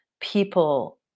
people